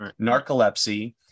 narcolepsy